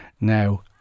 now